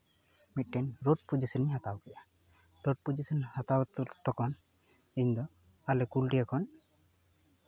ᱢᱤᱫᱴᱮᱱ ᱨᱳᱰ ᱯᱚᱡᱤᱥᱮᱱᱮᱧ ᱦᱟᱛᱟᱣ ᱠᱮᱫᱟ ᱨᱳᱰ ᱯᱚᱡᱤᱥᱮᱱ ᱦᱟᱛᱟᱣ ᱛᱚᱠᱷᱚᱱ ᱤᱧᱫᱚ ᱟᱞᱮ ᱠᱩᱞᱰᱤᱦᱟ ᱠᱷᱚᱱ